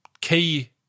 Key